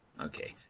Okay